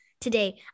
Today